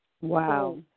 Wow